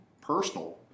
personal